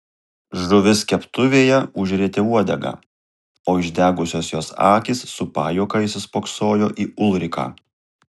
žuvis keptuvėje užrietė uodegą o išdegusios jos akys su pajuoka įsispoksojo į ulriką